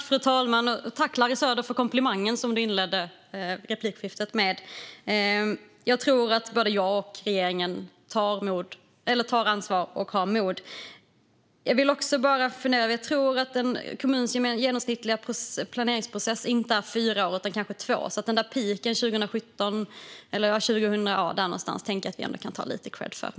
Fru talman! Jag tackar Larry Söder för komplimangen som han inledde replikskiftet med. Men jag tror att både jag och regeringen tar ansvar och har mod. Jag tror att en kommuns genomsnittliga planeringsprocess inte är fyra år utan kanske två, så den där peaken 2017 kan vi nog ändå ta lite kredd för.